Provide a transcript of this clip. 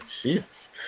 Jesus